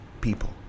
people